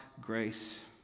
grace